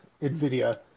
NVIDIA